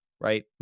Right